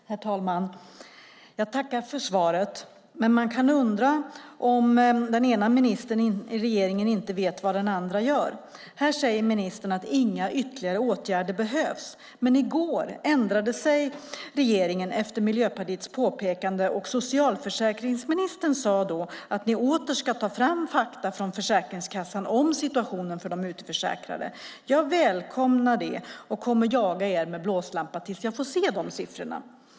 Herr talman! Jag tackar för svaret, men man kan undra om den ena ministern i regeringen inte vet vad den andra gör. Här säger ministern att inga ytterligare åtgärder behövs, men i går ändrade sig regeringen efter Miljöpartiets påpekande och socialförsäkringsministern sade då att ni åter ska ta fram fakta från Försäkringskassan om situationen om de utförsäkrade. Jag välkomnar det och kommer att jaga er med blåslampa tills jag får se dessa siffror.